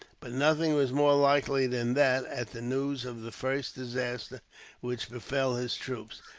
but nothing was more likely than that, at the news of the first disaster which befell his troops,